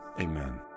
amen